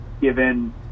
given